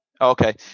Okay